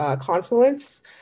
confluence